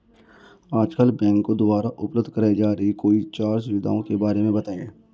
आजकल बैंकों द्वारा उपलब्ध कराई जा रही कोई चार सुविधाओं के बारे में बताइए?